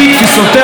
מר אולמרט,